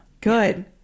Good